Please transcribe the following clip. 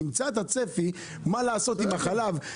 תמצא את הצפי מה לעשות עם החלב,